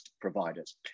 providers